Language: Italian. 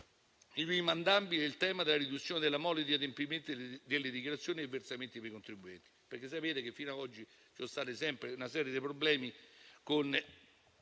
il tema della riduzione della mole di adempimenti delle dichiarazioni e dei versamenti per i contribuenti.